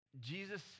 Jesus